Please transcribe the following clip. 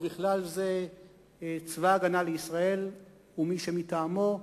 ובכלל זה צבא-הגנה לישראל ומי מטעמו,